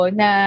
na